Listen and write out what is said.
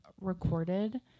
recorded